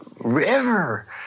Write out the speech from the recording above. river